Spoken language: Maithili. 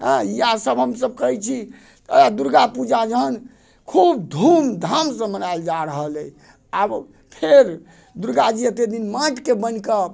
एँ इएह सभ हम सभ करै छी दुर्गा पूजा जहन खूब धूमधाम से मनायल जा रहल अछि आब फेर दुर्गा जी अते दिन माटिके बनि कऽ